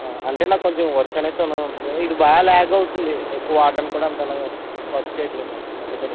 అంటే నాకు కొంచెం వర్క్ అనేసి ఉం ఉన్నది ఇది బాగా ల్యాగ్ అవుతుంది ఎక్కువ వాడటానికి కూడా అంతలా వర్క్ చేయట్లేదు నాకు అందుకని